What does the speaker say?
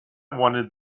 wanted